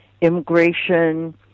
immigration